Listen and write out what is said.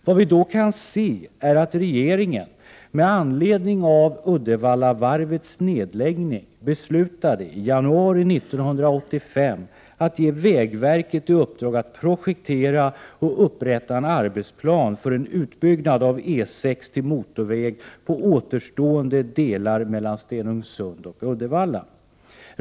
Vad vi då kan se är att regeringen med anledning av Uddevallavarvets nedläggning beslutade i januari 1985 att ge vägverket i uppdrag att projektera och upprätta en arbetsplan för en utbyggnad av E 6 till motorväg på återstående delar mellan Stenungsund och Uddevalla.